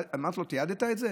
אמרתי לו: תיעדת את זה?